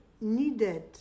needed